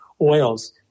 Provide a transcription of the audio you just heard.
oils